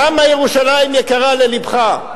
כמה ירושלים יקרה ללבך.